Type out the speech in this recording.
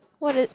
what did